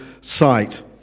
sight